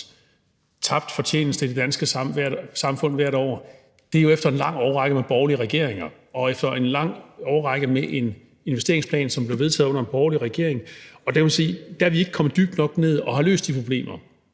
tabt fortjeneste i det danske samfund hvert år er efter en lang årrække med borgerlige regeringer og efter en lang årrække med en investeringsplan, som blev vedtaget under en borgerlig regering. Der kan man sige, at vi ikke er kommet dybt nok ned og har løst de problemer.